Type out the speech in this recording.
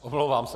Omlouvám se.